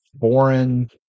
foreign